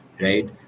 Right